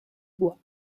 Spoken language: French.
bois